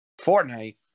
Fortnite